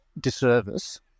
disservice